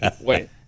Wait